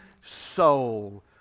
soul